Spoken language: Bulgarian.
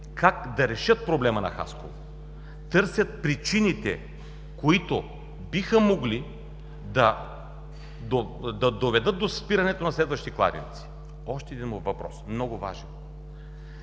как да решат проблема на Хасково. Търсят причините, които биха могли да доведат до спирането на следващи кладенци. Още един много важен